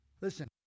Listen